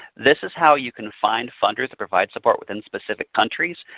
this is how you can find funders to provide support within specific countries.